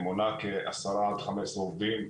מונה כ-10 עד 15 עובדים,